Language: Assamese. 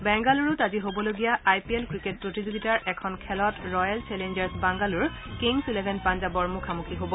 বেংগালুৰুত আজি হ'বলগীয়া আই পি এল ক্ৰিকেট প্ৰতিযোগিতাৰ এখন খেলত Royal Challengers Bangalore Kings Eleven পাঞ্জাৱৰ মুখামুখি হ'ব